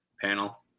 panel